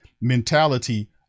mentality